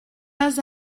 pas